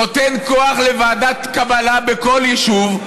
נותן כוח לוועדת קבלה בכל יישוב,